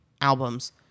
albums